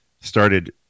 started